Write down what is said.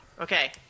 okay